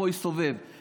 יסתובב פה.